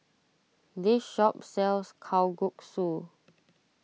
this shop sells Kalguksu